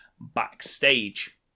backstage